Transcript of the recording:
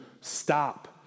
stop